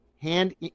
hand